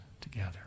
together